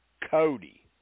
Cody